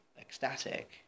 ecstatic